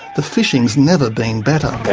the fishing's never been better.